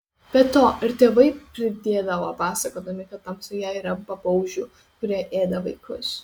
be to ir tėvai pridėdavo pasakodami kad tamsoje yra babaužių kurie ėda vaikus